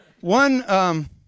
one